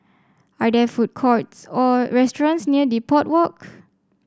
are there food courts or restaurants near Depot Walk